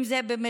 אם זה במלצרות,